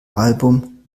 album